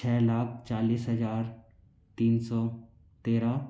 छः लाख चालीस हज़ार तीन सौ तेरह